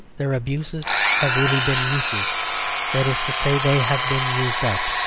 their abuses have really been uses that is to say, they have been used up.